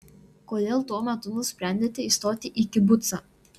kodėl tuo metu nusprendėte įstoti į kibucą